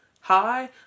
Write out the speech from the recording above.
hi